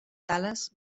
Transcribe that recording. tales